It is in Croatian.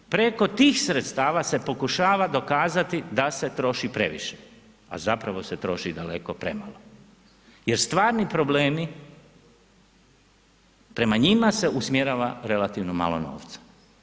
Preko tih sredstava se pokušava dokazati da se troši previše a zapravo se troši daleko premalo jer stvarni problemi prema njima se usmjerava relativno malo novca.